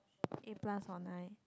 eight plus or nine